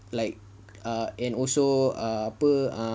like err and also err apa err